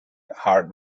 hard